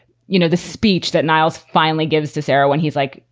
you know, the speech that nilles finally gives to sarah when he's, like,